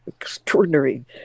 extraordinary